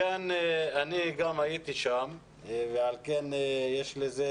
מכאן אני גם הייתי שם ועל כן יש לזה